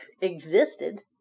existed